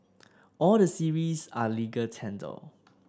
all the series are legal tender